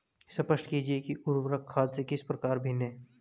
स्पष्ट कीजिए कि उर्वरक खाद से किस प्रकार भिन्न है?